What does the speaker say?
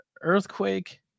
earthquake